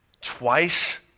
twice